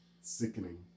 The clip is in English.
Sickening